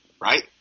right